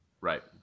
Right